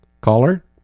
Caller